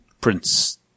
Prince